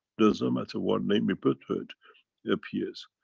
doesn't matter what name you put to it, it appears.